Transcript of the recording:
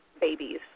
babies